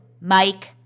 Mike